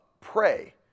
pray